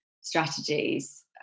strategies